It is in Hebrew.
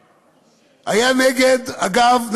אגב,